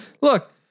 Look